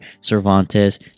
cervantes